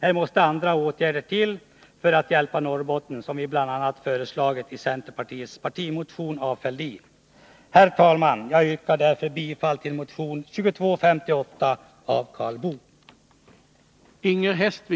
För att hjälpa Norrbotten måste andra åtgärder till, som vi bl.a. föreslagit i centerpartiets partimotion med Thorbjörn Fälldin som första man. Herr talman! Jag yrkar bifall till motion 2258 av Karl Boo.